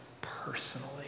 personally